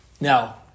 Now